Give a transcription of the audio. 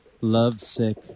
Lovesick